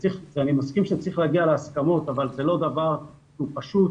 אני מסכים שצריך להגיע להסכמות אבל זה לא דבר שהוא פשוט,